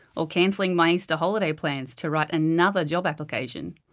or cancelling my easter holiday plans to write another job application,